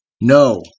No